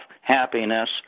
happiness